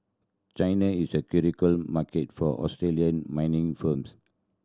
China is a critical market for Australian mining firms